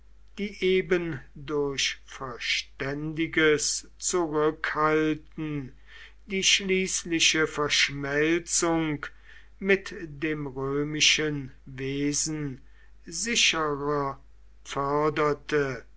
die eben durch verständiges zurückhalten die schließliche verschmelzung mit dem römischen wesen sicherer förderte